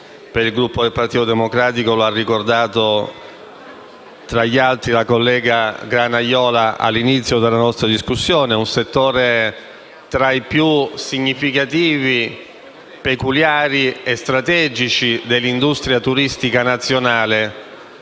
del Gruppo del Partito Democratico e l'ha ricordato, tra gli altri, la collega Granaiola all'inizio della nostra discussione: si tratta di un settore tra i più significativi, peculiari e strategici dell'industria turistica nazionale.